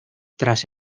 tras